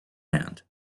hand